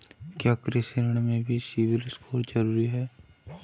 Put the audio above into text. क्या कृषि ऋण में भी सिबिल स्कोर जरूरी होता है?